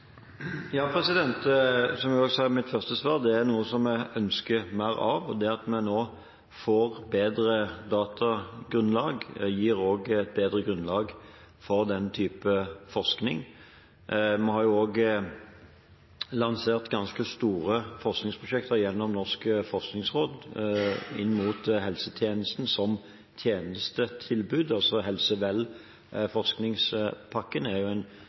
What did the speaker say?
Som jeg sa i mitt første svar, er det noe som vi ønsker mer av. Det at vi nå får bedre datagrunnlag, gir også et bedre grunnlag for den typen forskning. Vi har også lansert ganske store forskningsprosjekter gjennom Norsk forskningsråd inn mot helsetjenesten som tjenestetilbud. HELSEVEL-forskningspakken er en av de største pakkene som er